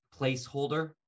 placeholder